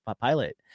pilot